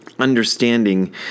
understanding